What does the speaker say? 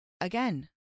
again